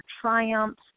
triumphs